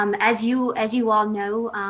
um as you as you all know,